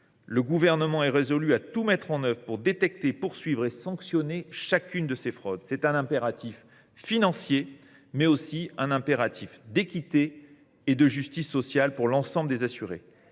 Le Gouvernement est résolu à tout mettre en œuvre pour détecter, poursuivre et sanctionner chacune des fraudes. Bravo ! Il s’agit là non seulement d’un impératif financier, mais aussi d’un impératif d’équité et de justice sociale pour l’ensemble des assurés.